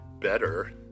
better